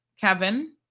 Kevin